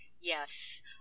Yes